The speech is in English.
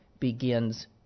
begins